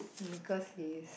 because he is